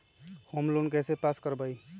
Home loan कैसे pass कर बाबई?